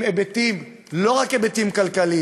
עם היבטים שהם לא רק היבטים כלכליים,